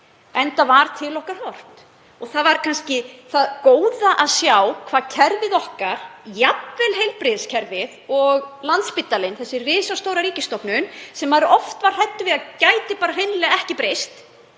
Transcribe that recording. enda var til okkar horft. Það var kannski það góða að sjá hvað kerfið okkar, jafnvel heilbrigðiskerfið og Landspítalinn, þessi risastóra ríkisstofnun sem maður var oft hræddur við að gæti hreinlega ekki breyst,